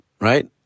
right